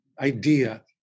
idea